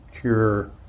cure